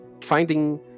finding